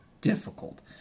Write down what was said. difficult